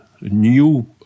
new